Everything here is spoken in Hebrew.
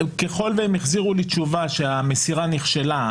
ככל והם החזירו לי תשובה שהמסירה נכשלה,